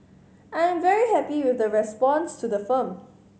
I'm very happy with the response to the film